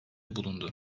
bulundu